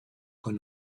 con